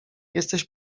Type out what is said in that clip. jesteś